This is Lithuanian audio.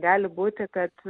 gali būti kad